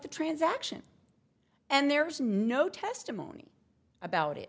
the transaction and there's no testimony about it